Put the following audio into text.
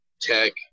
tech